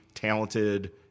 Talented